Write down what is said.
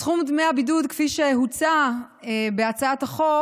סכום דמי הבידוד כפי שהוצע בהצעת החוק